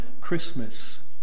Christmas